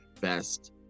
Best